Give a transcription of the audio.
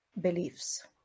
beliefs